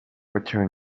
return